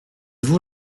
vous